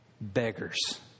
beggars